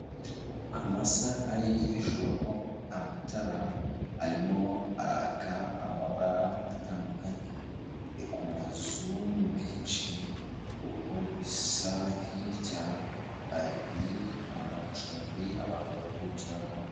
Amasaha y'ijoro, amatara arimo araka amabara atandukanye, ni ku mazu menshi, uko bisa, hirya hari amacumbi abantu baruhukiramo.